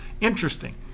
Interesting